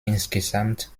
insgesamt